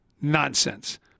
Nonsense